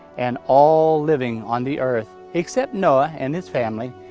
and all living on the earth, except noah and his family,